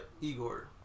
Igor